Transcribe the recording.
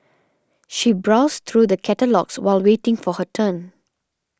she browsed through the catalogues while waiting for her turn